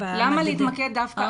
למה להתמקד דווקא באלה?